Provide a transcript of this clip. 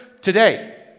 today